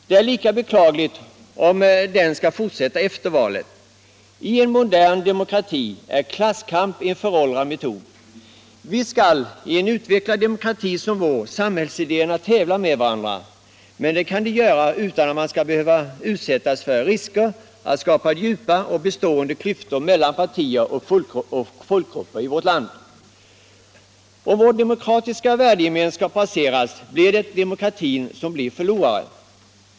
Det är lika beklagligt om den skall fortsätta efter valet. I en modern demokrati är klasskamp en föråldrad metod. Visst skall i en utvecklad demokrati som vår samhällsidéerna tävla med varandra. Men det kan ske utan att man behöver utsättas för risker att skapa djupa och bestående klyftor mellan partier och folkgrupper i vårt land. Om vår demokratiska värdegemenskap raseras är det demokratin som blir förlorare.